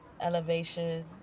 elevation